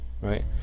right